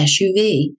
SUV